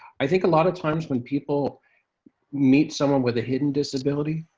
i think, a lot of times, when people meet someone with a hidden disability,